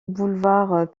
boulevard